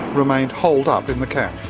remained holed up in the camps.